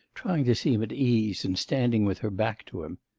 trying to seem at ease, and standing with her back to him.